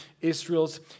Israel's